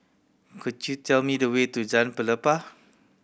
could you tell me the way to Jalan Pelepah